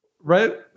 Right